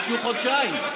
ביקשו חודשיים.